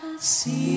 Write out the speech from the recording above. See